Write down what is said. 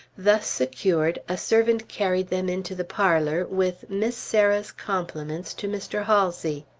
thus secured, a servant carried them into the parlor with miss sarah's compliments to mr. halsey.